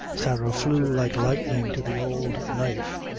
sarah flew like lightning to the old knife,